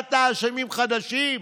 מצאת אשמים חדשים.